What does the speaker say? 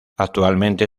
actualmente